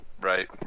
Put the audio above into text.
right